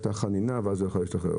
הייתה חנינה והוא היה יכול להשתחרר.